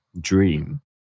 dream